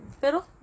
Pero